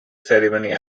ceremony